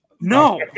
No